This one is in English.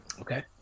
Okay